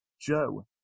Joe